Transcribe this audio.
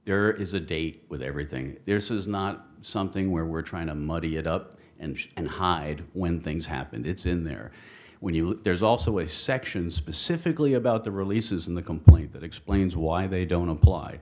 there is a date with everything there's is not something where we're trying to muddy it up and and hide when things happened it's in there when you look there's also a section specifically about the releases in the complaint that explains why they don't apply